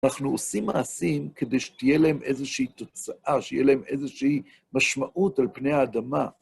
אנחנו עושים מעשים כדי שתהיה להם איזושהי תוצאה, שתהיה להם איזושהי משמעות על פני האדמה.